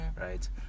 right